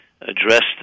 addressed